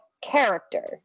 character